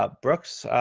ah brooks,